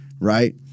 Right